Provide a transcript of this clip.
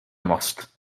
most